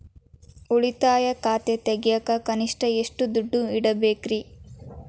ಉಳಿತಾಯ ಖಾತೆ ತೆಗಿಯಾಕ ಕನಿಷ್ಟ ಎಷ್ಟು ದುಡ್ಡು ಇಡಬೇಕ್ರಿ?